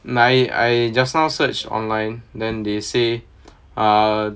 I I just now searched online then they say ah